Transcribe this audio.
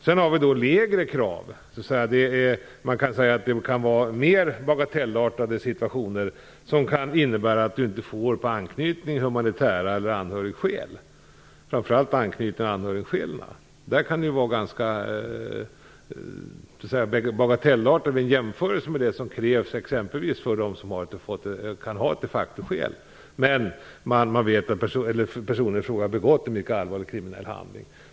Sedan har vi mer bagatellartade förseelser som kan innebära att den som åberopar humanitära skäl, anknytning eller anhörigskäl - framför allt anknytning och anhörigskäl - inte kan få permanent uppehållstillstånd. Här kan det vara en ganska lindrig förseelse vid jämförelse med den som har de facto-skäl, som kan ha begått en mycket allvarlig kriminell handling.